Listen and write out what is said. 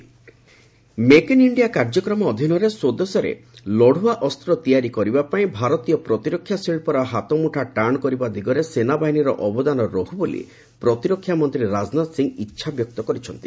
Rajnath make in India କାର୍ଯ୍ୟକ୍ରମ ଅଧୀନରେ ସ୍ୱଦେଶରେ ଲଢ଼ିଆ ଅସ୍ତ ତିଆରି କରିବା ପାଇଁ ଭାରତୀୟ ପ୍ରତିରକ୍ଷା ଶିଳ୍ପର ହାତମୁଠା ଟାଣ କରିବା ଦିଗରେ ସେନାବାହିନୀର ଅବଦାନ ରହୁ ବୋଲି ପ୍ରତିରକ୍ଷା ମନ୍ତ୍ରୀ ରାଜନାଥ ସିଂହ ଇଚ୍ଛାବ୍ୟକ୍ତ କରିଛନ୍ତି